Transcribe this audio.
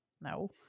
No